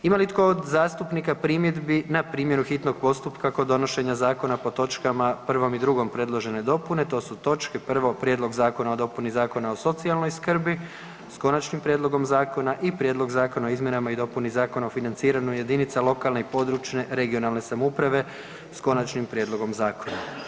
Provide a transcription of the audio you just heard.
Ima li tko od zastupnika primjedbi na primjenu hitnog postupka kod donošenja zakona po točkama 1. i 2. predložene dopune, to su točke: 1. Prijedlog zakona o dopuni Zakona o socijalnoj skrbi s konačnim prijedlogom zakona i Prijedlog zakona o izmjenama i dopuni Zakona o financiranju jedinica lokalne i područne (regionalne) samouprave s konačnim prijedlogom zakona.